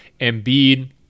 Embiid